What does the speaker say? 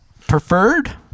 preferred